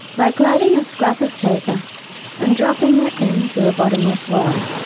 like lighting a scrap of paper and dropping it into a bottomless well.